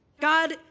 God